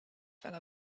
väga